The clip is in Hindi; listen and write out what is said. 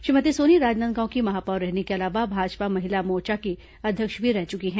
श्रीमती सोनी राजनांदगांव की महापौर रहने के अलावा भाजपा महिला मोर्चा की अध्यक्ष भी रह चुकी हैं